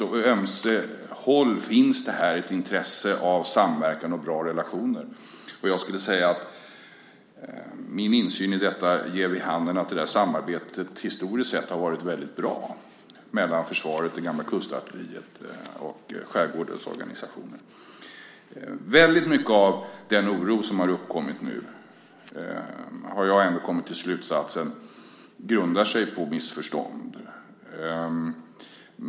På ömse håll finns det här ett intresse av samverkan och bra relationer, och jag skulle säga att min insyn i detta ger vid handen att detta samarbete historiskt sett har varit väldigt bra mellan försvaret, det gamla kustartilleriet och skärgårdens organisationer. Jag har ändå kommit till den slutsatsen att väldigt mycket av den oro som har uppkommit nu grundar sig på missförstånd.